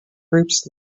groups